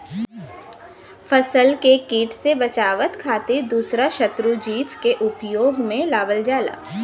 फसल के किट से बचावे खातिर दूसरा शत्रु जीव के उपयोग में लावल जाला